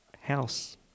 house